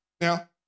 Now